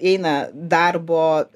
eina darbo